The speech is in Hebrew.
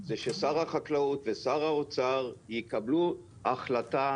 זה ששר החקלאות ושר האוצר יקבלו החלטה